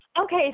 Okay